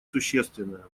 существенное